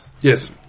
Yes